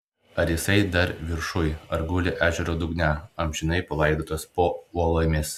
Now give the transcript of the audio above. ar jisai dar viršuj ar guli ežero dugne amžinai palaidotas po uolomis